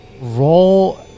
Roll